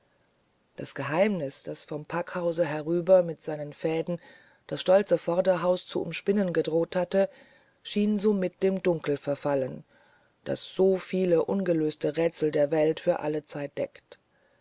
das geheimnis das vom packhause herüber mit seinen fäden das stolze vorderhaus zu umspinnen gedroht hatte schien somit dem dunkel verfallen das so viele ungelöste rätsel der welt für alle zeiten deckt